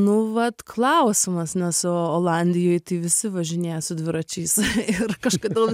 nu vat klausimas nes olandijoj tai visi važinėja su dviračiais ir kažkodėl